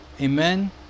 Amen